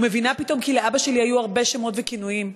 ומבינה פתאום כי לאבא שלי היו הרבה שמות וכינויים,